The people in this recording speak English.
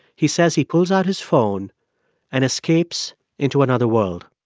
he says he pulls out his phone and escapes into another world.